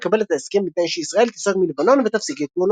יקבל את ההסכם בתנאי שישראל תיסוג מלבנון ותפסיק את פעולותיה.